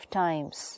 times